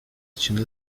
içinde